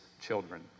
children